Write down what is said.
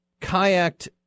kayaked